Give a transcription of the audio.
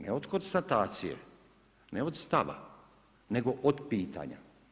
Ne od konstatacije, ne od stava, nego od pitanja.